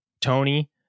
Tony